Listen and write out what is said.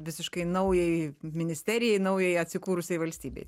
visiškai naujajai ministerijai naujajai atsikūrusiai valstybei